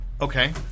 Okay